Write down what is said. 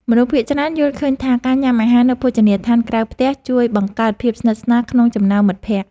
មនុស្សភាគច្រើនយល់ឃើញថា ការញ៉ាំអាហារនៅភោជនីយដ្ឋានក្រៅផ្ទះជួយបង្កើតភាពស្និទ្ធស្នាលក្នុងចំណោមមិត្តភក្តិ។